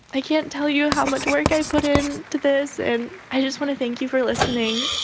i can't tell you how much work i've put in to this. and i just want to thank you for listening.